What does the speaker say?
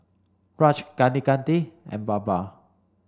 Raj Kaneganti and Baba